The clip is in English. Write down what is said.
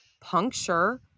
puncture